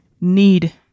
need